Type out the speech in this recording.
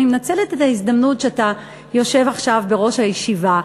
אני מנצלת את ההזדמנות שאתה יושב עכשיו בראש הישיבה,